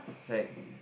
it's like